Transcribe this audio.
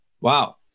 Wow